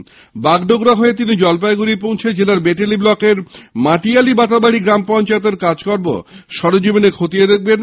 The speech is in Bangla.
আগামীকাল বাগডোগরা হয়ে তিনি জলপাইগুড়ি পৌঁছে জেলার মেটেলি ব্লকের মাটিয়ালি বাতাবাড়ি গ্রাম পঞ্চায়েতের কাজকর্ম সরেজমিনে খতিয়ে দেখবেন